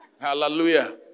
Hallelujah